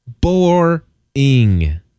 boring